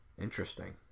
Interesting